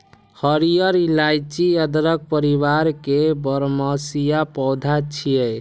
हरियर इलाइची अदरक परिवार के बरमसिया पौधा छियै